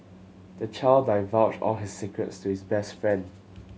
the child divulged all his secrets to his best friend